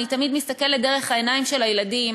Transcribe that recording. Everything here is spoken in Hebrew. אני תמיד מסתכלת דרך העיניים של הילדים,